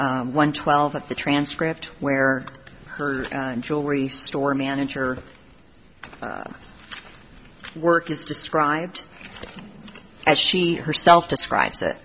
one twelve of the transcript where her jewelry store manager work is described as she herself describes it